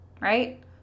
right